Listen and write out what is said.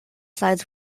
sides